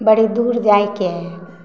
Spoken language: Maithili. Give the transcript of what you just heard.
बड़ी दूर जाइके हइ